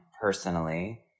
personally